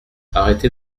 arrêtez